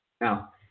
now